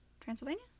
Transylvania